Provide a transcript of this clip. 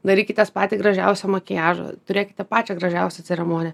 darykitės patį gražiausią makiažą turėkite pačią gražiausią ceremoniją